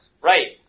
Right